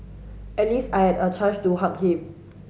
at least I had a chance to hug him